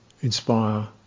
inspire